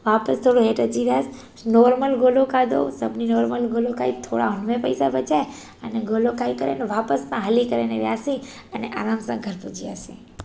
वापसि थोरो हेठि अची वियासीं नॉरमल गोलो खाधो सभिनी नॉरमल गोलो खाई थोरा हुन में पैसा बचाया अने गोलो खाई करे ने वापसि हुतां हली करे ने वियासीं अने आरामु सां घर पहुची वियासीं